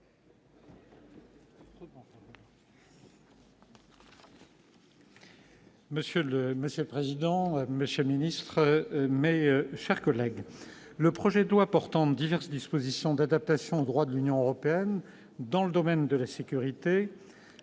Monsieur le président, monsieur le secrétaire d'État, mes chers collègues, le projet de loi portant diverses dispositions d'adaptation au droit de l'Union européenne dans le domaine de la sécurité